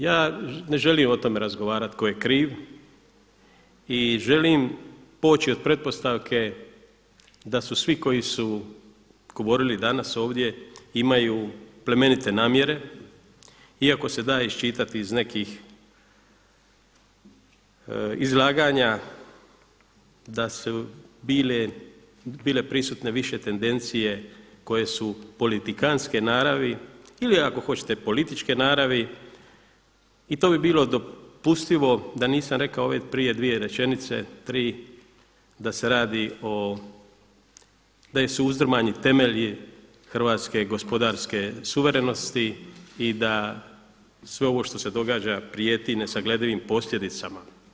Ja ne želim o tome razgovarati tko je kriv i želim poći od pretpostavke da su svi koji su govorili danas ovdje, imaju plemenite namjere iako se da iščitati iz nekih izlaganja da su bile prisutne više tendencije koje su politikanske naravi ili ako hoćete političke naravi i to bi bilo dopustivo da nisam rekao ove prije dvije rečenice, tri, da se radi o, da su uzdrmani temelji hrvatske gospodarske suverenosti i da sve ovo što se događa prijeti nesagledivim posljedicama.